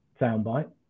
soundbite